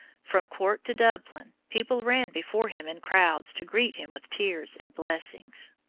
from cork to dublin people ran before him in crowds to greet him with tears and blessings.